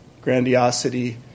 grandiosity